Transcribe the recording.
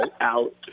Out